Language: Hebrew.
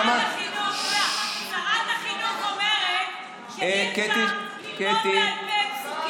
שרת החינוך אומרת שאי-אפשר ללמוד בעל פה פסוקים בתנ"ך.